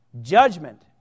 judgment